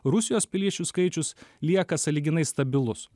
rusijos piliečių skaičius lieka sąlyginai stabilus